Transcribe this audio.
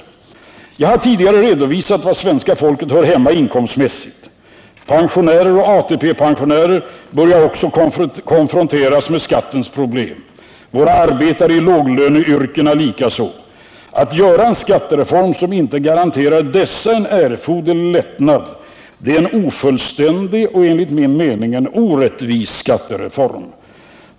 Jag har tidigare redovisat var svenska folket hör hemma inkomstmässigt. Också folkpensionärer och ATP-pensionärer börjar konfronteras med skatteproblemen, våra arbetare i låglöneyrkena likaså. En skattereform, som inte garanterar dessa kategorier en erforderlig lättnad, är enligt min mening en ofullständig och orättvis skattereform.